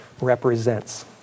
represents